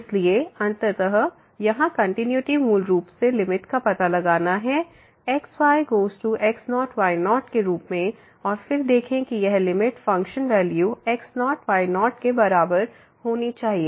इसलिए अंततः यहां कंटिन्यूटी मूल रूप से लिमिट का पता लगाना हैx y→x0 y0 के रूप में और फिर देखें कि यह limit function value x0 y0 के बराबर होनी चाहिए